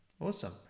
awesome